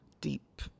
deep